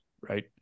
right